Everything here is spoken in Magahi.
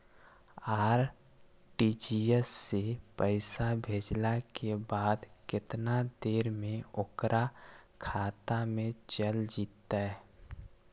आर.टी.जी.एस से पैसा भेजला के बाद केतना देर मे ओकर खाता मे चल जितै?